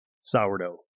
Sourdough